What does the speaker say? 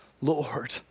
Lord